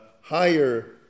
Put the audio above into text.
higher